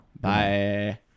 Bye